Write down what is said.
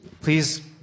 Please